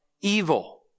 evil